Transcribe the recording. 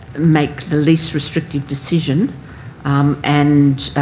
make the least restrictive decision and,